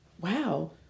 Wow